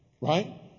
Right